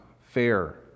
fair